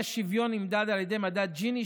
האי-שוויון נמדד על ידי מדד ג'יני,